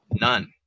none